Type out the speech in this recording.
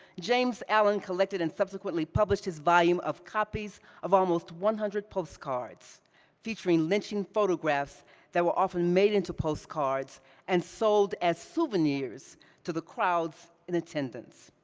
james allen collected and subsequently published his volume of copies of almost one hundred postcards featuring lynching photographs that were often made into postcards and sold as souvenirs to the crowds in attendance.